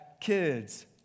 kids